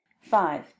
five